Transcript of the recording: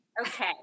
Okay